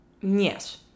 yes